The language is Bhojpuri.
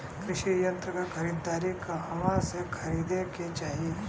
कृषि यंत्र क खरीदारी कहवा से खरीदे के चाही?